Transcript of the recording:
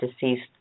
deceased